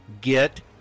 get